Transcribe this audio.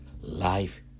life